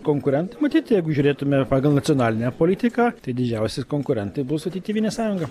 konkurentai matyt jeigu žiūrėtumėme pagal nacionalinę politiką tai didžiausi konkurentai bus tėvynės sąjunga